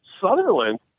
Sutherland